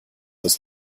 das